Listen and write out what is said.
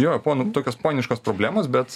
jo ponų tokios poniškos problemos bet